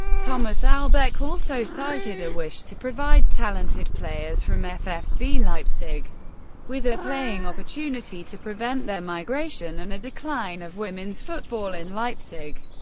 thomas albeck also cited a wish to provide talented players from ffv leipzig with a playing opportunity, to prevent their migration and a decline of women's football in leipzig.